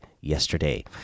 yesterday